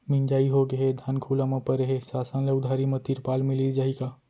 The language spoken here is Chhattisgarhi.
मिंजाई होगे हे, धान खुला म परे हे, शासन ले उधारी म तिरपाल मिलिस जाही का?